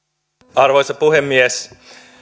arvoisa puhemies